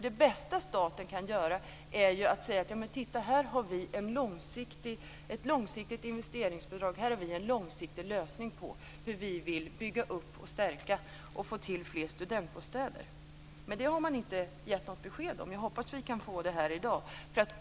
Det bästa staten kan göra är ju att säga: Titta, här har vi ett långsiktigt investeringsbidrag; vi har en långsiktig idé om hur vi vill bygga och få till fler studentbostäder! Men detta har man inte gett något besked om. Jag hoppas att vi kan få det här i dag.